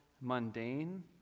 mundane